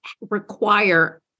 require